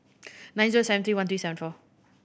nine zero seven three one three seven four